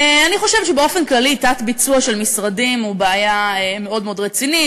אני חושבת שבאופן כללי תת-ביצוע של משרדים הוא בעיה מאוד מאוד רצינית.